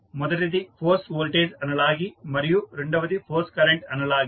మొదటిది force voltage analogy మరియు రెండవది ఫోర్స్ కరెంటు అనాలజీ